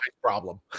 problem